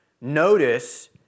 Notice